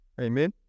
Amen